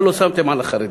מה לא שמתם על החרדים?